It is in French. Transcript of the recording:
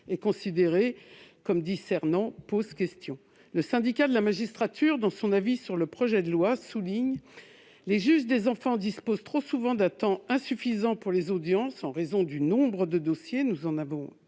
est considéré comme discernant posent question. Le Syndicat de la magistrature, dans son avis sur le projet de loi, souligne que « les juges des enfants disposent trop souvent d'un temps insuffisant pour les audiences en raison du nombre de dossiers qu'ils ont